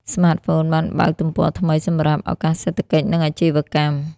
ស្មាតហ្វូនបានបើកទំព័រថ្មីសម្រាប់ ឱកាសសេដ្ឋកិច្ច និងអាជីវកម្ម។